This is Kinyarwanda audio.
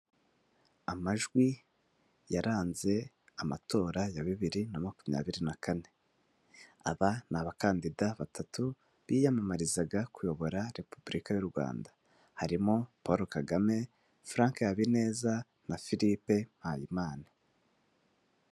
Amajwi yaranze amatora ya bibiri na makumyabiri na kane. Aba ni abakandida batatu biyamamarizaga kuyobora Repubulika y'u Rwanda harimo Paul Kagame, Frank Habineza na Philippe Mpayimana.